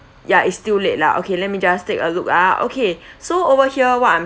ya it still late lah okay let me just take a look ah okay so over here what I'm